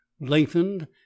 lengthened